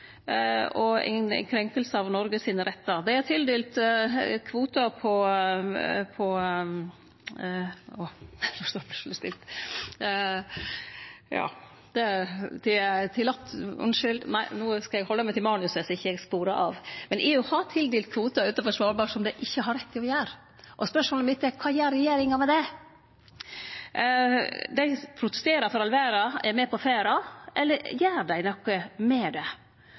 og ei krenking av Noregs rettar. Dei har tildelt kvotar på – beklagar, no skal eg halde meg til manuset så eg ikkje sporar av. EU har tildelt kvotar utanfor Svalbard, som dei ikkje har rett til å gjere. Spørsmålet mitt er: Kva gjer regjeringa med det? Dei protesterer for all verda, er med på ferda, eller gjer dei noko med det?